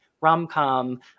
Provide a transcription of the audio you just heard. rom-com